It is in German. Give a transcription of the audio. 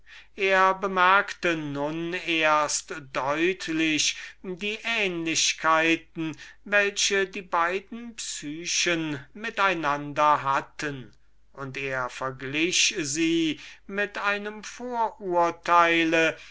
er bemerkte nun erst deutlich die ähnlichkeiten welche die beiden psychen mit einander hatten er verglich sie mit einem vorurteile